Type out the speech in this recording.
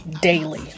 daily